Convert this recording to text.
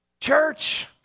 Church